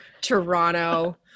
Toronto